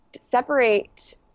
separate